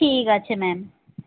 ঠিক আছে ম্যাম